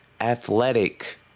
athletic-